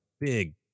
big